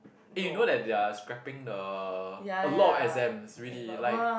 eh you know that they're scraping the a lot of exams really like